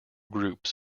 groups